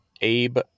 Abe